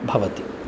भवति